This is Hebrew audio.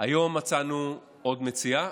היום מצאנו עוד מציאה,